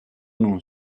non